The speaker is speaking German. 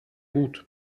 gut